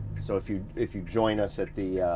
so if you if you join us at the